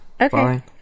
Okay